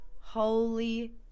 Holy